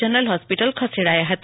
general hospital ખસેડાયા હતા